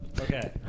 Okay